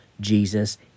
Jesus